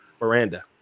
Miranda